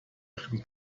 ihren